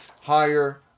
higher